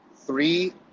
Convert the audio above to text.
three